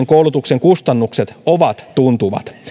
koulutuksen kustannukset ovat tuntuvat